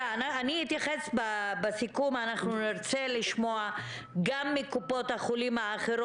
מהמקרים בגלל שיש צורך לאכלס מחלקות קורונה,